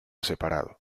separado